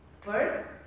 First